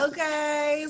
Okay